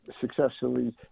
successfully